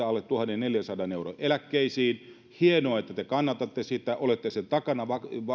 alle tuhannenneljänsadan euron eläkkeisiin hienoa että te kannatatte sitä olette sen takana